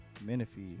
Menifee